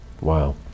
Wow